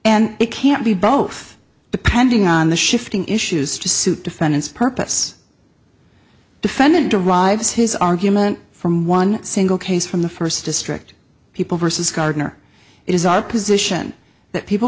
and it can't be both the pending on the shifting issues to suit defendant's purpose defendant derives his argument from one single case from the first district people versus gardner it is our position that people